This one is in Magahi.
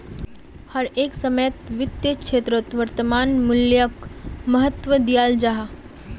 हर एक समयेत वित्तेर क्षेत्रोत वर्तमान मूल्योक महत्वा दियाल जाहा